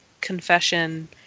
confession